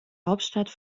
hauptstadt